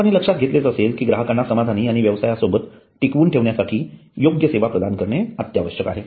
आपण हे लक्षात घेतलेच असेल कि ग्राहकांना समाधानी आणि व्यवसायासोबत टिकवून ठेवण्यासाठी योग्य सेवा प्रदान करणे अत्यावश्यक आहे